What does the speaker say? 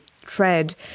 tread